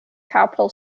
capital